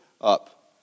up